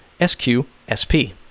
SQSP